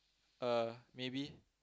uh maybe